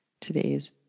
today's